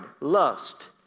lust